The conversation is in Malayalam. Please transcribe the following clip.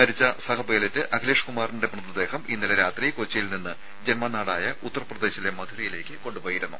മരിച്ച സഹപൈലറ്റ് അഖിലേഷ് കുമാറിന്റെ മൃതദേഹം ഇന്നലെ രാത്രി കൊച്ചിയിൽ നിന്ന് ജന്മനാടായ ഉത്തർപ്രദേശിലെ മഥുരയിലേയ്ക്ക് കൊണ്ടുപോയിരുന്നു